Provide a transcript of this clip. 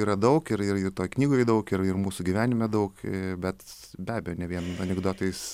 yra daug ir ir ir toj knygoj daug ir ir mūsų gyvenime daug bet be abejo ne vien anekdotais